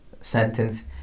sentence